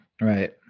right